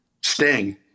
Sting